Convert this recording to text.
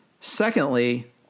Secondly